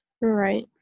Right